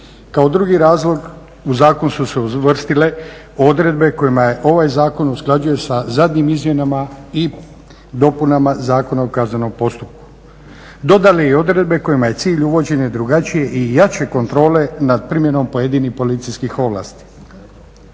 Kao drugi razlog u zakon su se uvrstile odredbe kojima se ovaj zakon usklađuje sa zadnjim izmjenama i dopunama Zakona o kaznenom postupku, dodali odredbe kojima je cilj uvođenje drugačije i jače kontrole nad primjenom pojedinih policijskih ovlasti.